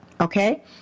Okay